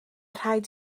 rhaid